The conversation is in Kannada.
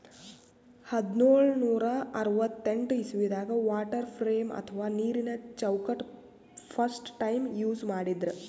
ಹದ್ದ್ನೋಳ್ ನೂರಾ ಅರವತ್ತೆಂಟ್ ಇಸವಿದಾಗ್ ವಾಟರ್ ಫ್ರೇಮ್ ಅಥವಾ ನೀರಿನ ಚೌಕಟ್ಟ್ ಫಸ್ಟ್ ಟೈಮ್ ಯೂಸ್ ಮಾಡಿದ್ರ್